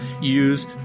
use